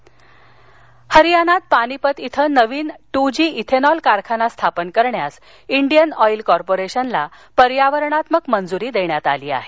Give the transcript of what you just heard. जावडेकर हरियानात पानिपत इथं नवीन ट्रजी इथेनॉल कारखाना स्थापन करण्यास इंडीयन ऑईल कॉर्पोरेशनला पर्यावरणात्मक मंजूरी देण्यात आली आहे